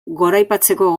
goraipatzeko